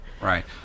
right